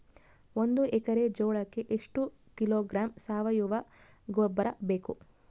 ಒಂದು ಎಕ್ಕರೆ ಜೋಳಕ್ಕೆ ಎಷ್ಟು ಕಿಲೋಗ್ರಾಂ ಸಾವಯುವ ಗೊಬ್ಬರ ಬೇಕು?